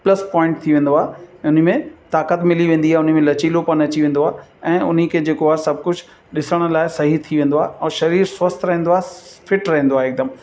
plus point थी वेंदो आहे उन में ताक़त मिली वेंदी आहे उन में लचीलोपन अची वेंदो आहे ऐं उन खे जेको आहे सभु कुझु ॾिसण लाइ सही थी वेंदो आहे ऐं शरीरु स्वस्थ रहंदो आहे फिट रहंदो आहे हिकदमु